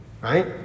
right